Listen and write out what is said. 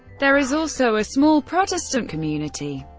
there is also a small protestant community.